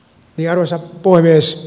arvoisa puhemies